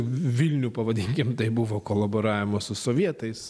vilnių pavadinkim tai buvo kolaboravimas su sovietais